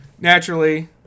Naturally